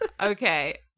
okay